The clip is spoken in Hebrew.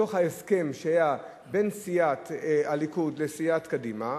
בתוך ההסכם שהיה בין סיעת הליכוד לסיעת קדימה,